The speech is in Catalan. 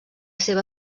seva